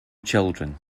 children